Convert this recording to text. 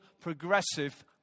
progressive